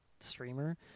streamer